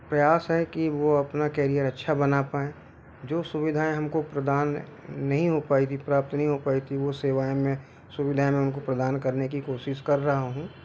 प्रयास है कि वो अपना केरियर अच्छा बना पाएं जो सुविधाएं हमको प्रदान नहीं हो पाई थी प्राप्त नहीं हो पाई थी वो सेवाएं मैं सुविधाएं मैं उनको प्रदान करने की कोशिश कर रहा हूँ